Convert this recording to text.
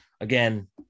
again